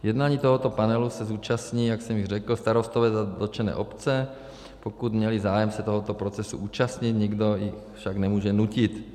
Jednání tohoto panelu se zúčastní, jak jsem řekl, starostové za dotčené obce, pokud měli zájem se tohoto procesu účastnit, nikdo je však nemůže nutit.